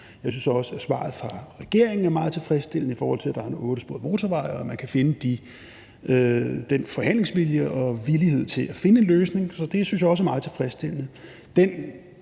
Jeg synes også, at svaret fra regeringen er meget tilfredsstillende, i forhold til at der er en ottesporet motorvej, og at man kan finde den forhandlingsvilje og villighed til at finde en løsning. Så det synes jeg også er meget tilfredsstillende.